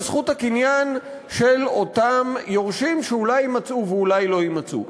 זכות הקניין של אותם יורשים שאולי יימצאו ואולי לא יימצאו.